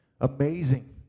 Amazing